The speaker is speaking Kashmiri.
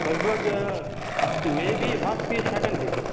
لَگ بَگ میے بی ہَتھ پیٖس ہٮ۪کَن گٔژھِتھ